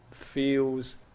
feels